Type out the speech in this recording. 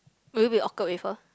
will you be awkward with her